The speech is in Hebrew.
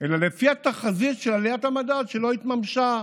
אלא לפי התחזית של עליית המדד, שלא התממשה,